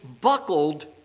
buckled